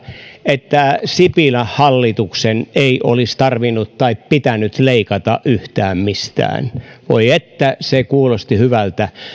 että sipilän hallituksen ei olisi tarvinnut tai pitänyt leikata yhtään mistään voi että se kuulosti hyvältä